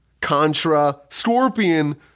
contra-scorpion